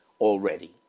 already